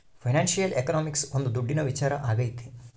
financial economics ಒಂದ್ ದುಡ್ಡಿನ ವಿಚಾರ ಆಗೈತೆ